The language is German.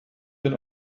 den